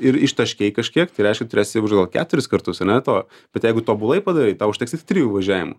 ir ištaškei kažkiek tai reiškias turėsi važiuoti gal keturis kartus ane to bet jeigu tobulai padarei tau užteks ir trijų važiavimų